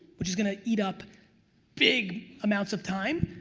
which is gonna eat up big amounts of time.